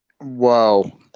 whoa